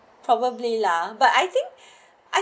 probably lah but I think I